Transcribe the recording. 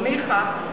ניחא,